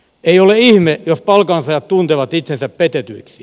ei ole ihme jos palkansaajat tuntevat itsensä petetyiksi